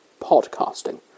podcasting